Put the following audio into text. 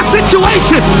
situation